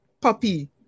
puppy